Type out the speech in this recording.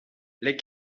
les